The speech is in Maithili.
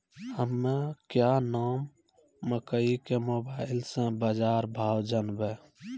हमें क्या नाम मकई के मोबाइल से बाजार भाव जनवे?